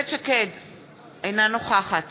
אינה נוכחת